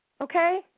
okay